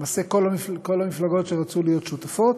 למעשה כל המפלגות שרצו להיות שותפות,